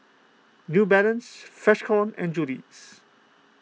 New Balance Freshkon and Julie's